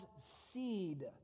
seed